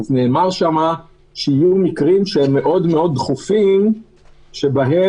נאמר שיהיו מקרים שהם מאוד-מאוד דחופים שבהם